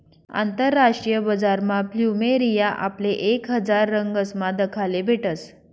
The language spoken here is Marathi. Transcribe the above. आंतरराष्ट्रीय बजारमा फ्लुमेरिया आपले एक हजार रंगसमा दखाले भेटस